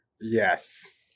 Yes